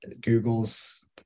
Google's